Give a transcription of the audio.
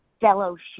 fellowship